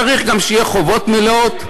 צריך גם שיהיו חובות מלאות.